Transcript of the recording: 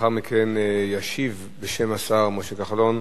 לאחר מכן ישיב השר הרשקוביץ בשם השר משה כחלון.